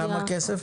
כמה כסף?